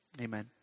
Amen